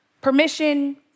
Permission